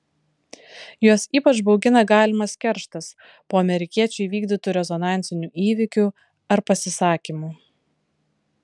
juos ypač baugina galimas kerštas po amerikiečių įvykdytų rezonansinių įvykių ar pasisakymų